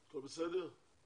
הכל בסדר?